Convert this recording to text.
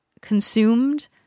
consumed